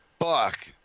Fuck